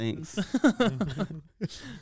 Thanks